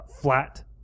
flat